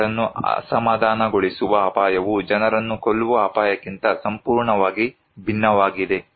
ಜನರನ್ನು ಅಸಮಾಧಾನಗೊಳಿಸುವ ಅಪಾಯವು ಜನರನ್ನು ಕೊಲ್ಲುವ ಅಪಾಯಕ್ಕಿಂತ ಸಂಪೂರ್ಣವಾಗಿ ಭಿನ್ನವಾಗಿದೆ